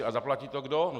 A zaplatí to kdo?